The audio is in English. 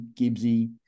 Gibbsy